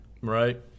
Right